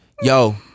yo